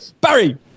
Barry